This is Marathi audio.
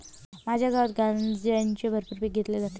माझ्या गावात गांजाचे भरपूर पीक घेतले जाते